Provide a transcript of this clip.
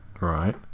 Right